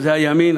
שזה הימין,